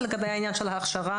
זה לגבי העניין של הכשרה.